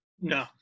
No